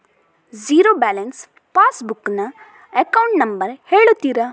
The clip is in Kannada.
ಝೀರೋ ಬ್ಯಾಲೆನ್ಸ್ ಪಾಸ್ ಬುಕ್ ನ ಅಕೌಂಟ್ ನಂಬರ್ ಹೇಳುತ್ತೀರಾ?